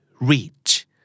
Reach